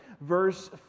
verse